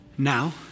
Now